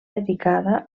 dedicada